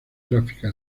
gráfica